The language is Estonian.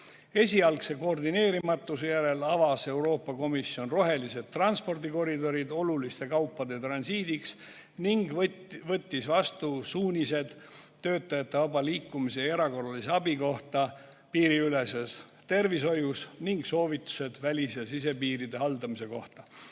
Esialgse koordineerimatuse järel avas Euroopa Komisjon rohelised transpordikoridorid oluliste kaupade transiidiks ning võttis vastu suunised töötajate vaba liikumise ja erakorralise abi kohta piiriüleses tervishoius ning soovitused välis- ja sisepiiride haldamise kohta.